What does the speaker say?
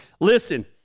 Listen